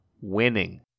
winning